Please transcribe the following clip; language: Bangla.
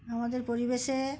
আমাদের পরিবেশে